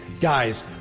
Guys